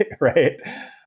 right